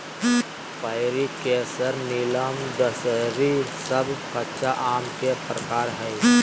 पयरी, केसर, नीलम, दशहरी सब कच्चा आम के प्रकार हय